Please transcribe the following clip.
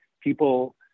people